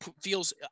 feels